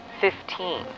fifteen